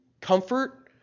comfort